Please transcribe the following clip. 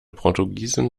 portugiesin